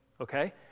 Okay